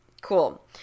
cool